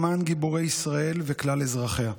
למען גיבורי ישראל וכלל אזרחיה.